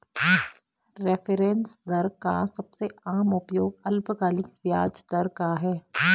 reference दर का सबसे आम उपयोग अल्पकालिक ब्याज दर का है